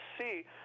see